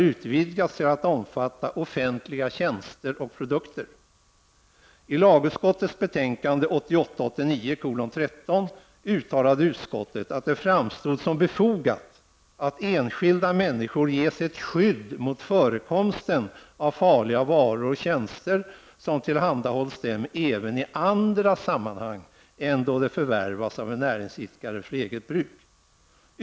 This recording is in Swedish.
uttalade utskottet att det framstod som befogat att enskilda människor ges ett skydd mot förekomsten av farliga varor och tjänster som tillhandahålls dem även i andra sammanhang än då de förvärvats av en näringsidkare för eget bruk.